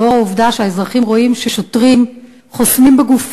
לנוכח העובדה שהאזרחים רואים ששוטרים ושוטרות,